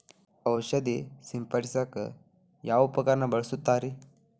ಔಷಧಿ ಸಿಂಪಡಿಸಕ ಯಾವ ಉಪಕರಣ ಬಳಸುತ್ತಾರಿ?